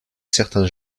certains